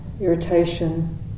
irritation